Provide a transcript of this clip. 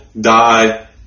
die